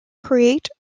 create